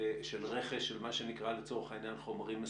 של רכש שנקרא לצורך העניין חומרים מסוימים,